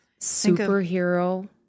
Superhero